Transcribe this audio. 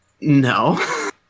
No